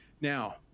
Now